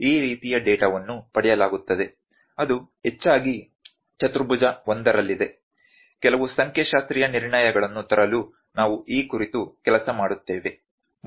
ಆದ್ದರಿಂದ ಈ ರೀತಿಯ ಡೇಟಾವನ್ನು ಪಡೆಯಲಾಗುತ್ತದೆ ಅದು ಹೆಚ್ಚಾಗಿ ಚತುರ್ಭುಜ 1 ರಲ್ಲಿದೆ ಕೆಲವು ಸಂಖ್ಯಾಶಾಸ್ತ್ರೀಯ ನಿರ್ಣಯಗಳನ್ನು ತರಲು ನಾವು ಈ ಕುರಿತು ಕೆಲಸ ಮಾಡುತ್ತೇವೆ